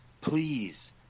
please